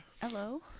Hello